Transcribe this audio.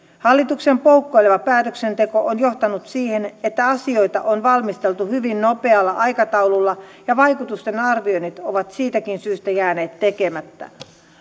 hallituksen poukkoileva päätöksenteko on johtanut siihen että asioita on valmisteltu hyvin nopealla aikataululla ja vaikutusten arvioinnit ovat siitäkin syystä jääneet tekemättä